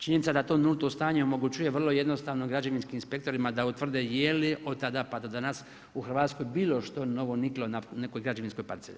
Činjenica da to nulto stanje omogućuje vrlo jednostavno građevinskim inspektorima da utvrde je li od tada pa do danas u Hrvatskoj bilo što novo niklo na nekoj građevinskoj parceli.